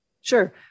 Sure